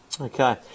okay